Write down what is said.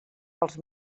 pels